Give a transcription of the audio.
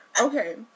okay